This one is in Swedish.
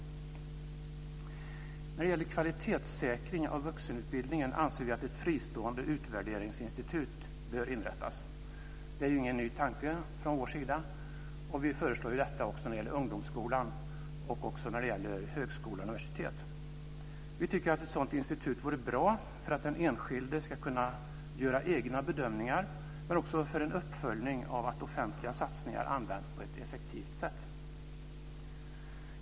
När det gäller kvalitetssäkring av vuxenutbildningen anser vi att ett fristående utvärderingsinstitut bör inrättas. Det är ingen ny tanke från vår sida. Vi föreslår ju detta också när det gäller ungdomsskolan och högkola och universitet. Vi tycker att ett sådant institut vore bra för att den enskilde ska kunna göra egna bedömningar men också för en uppföljning av att offentliga satsningar används på ett effektivt sätt.